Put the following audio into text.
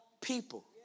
people